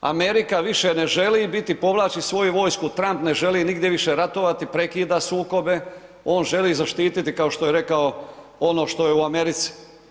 Amerika više ne želi biti, povlači svoju vojsku, Trump ne želi nigdje više ratovati, prekida sukobe, on želi zaštiti kao što je rekao, ono što je u Americi.